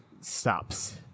stops